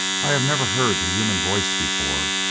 i have never heard the human voice before,